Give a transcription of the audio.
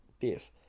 Yes